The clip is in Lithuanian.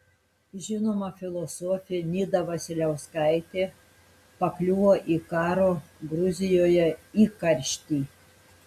žinoma filosofė nida vasiliauskaitė pakliuvo į karo gruzijoje įkarštį